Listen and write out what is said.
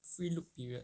free look period